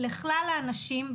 שלכלל האנשים,